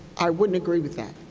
i wouldn't agree with that.